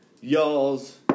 y'alls